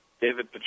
David